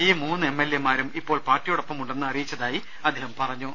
ഈ മൂന്ന് M L എമാരും ഇപ്പോൾ പാർട്ടിയോടൊപ്പമുണ്ടെന്ന് അറിയിച്ചതായി അദ്ദേഹം പറഞ്ഞു